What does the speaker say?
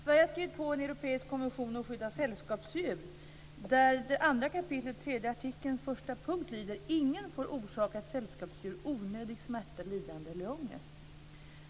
Sverige har skrivit under en europeisk konvention som skyddar sällskapsdjur. I 2 kap. artikel 3 p. 1 står det: Ingen får orsaka ett sällskapsdjur onödig smärta, lidande eller ångest.